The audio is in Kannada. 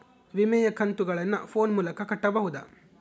ವಿಮೆಯ ಕಂತುಗಳನ್ನ ಫೋನ್ ಮೂಲಕ ಕಟ್ಟಬಹುದಾ?